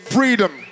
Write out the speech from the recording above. Freedom